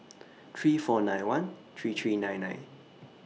three four nine one three three nine nine